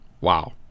Wow